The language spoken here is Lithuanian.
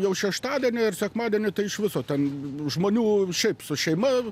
jau šeštadienį ir sekmadienį tai iš viso ten žmonių šiaip su šeima